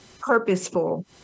purposeful